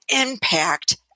impact